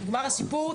נגמר הסיפור.